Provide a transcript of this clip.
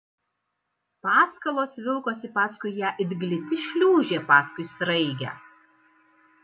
paskalos vilkosi paskui ją it gliti šliūžė paskui sraigę